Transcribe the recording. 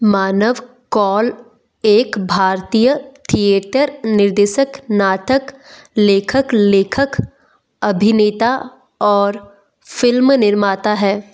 मानव कौल एक भारतीय थिएटर निर्देशक नाटक लेखक लेखक अभिनेता और फ़िल्म निर्माता है